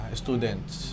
students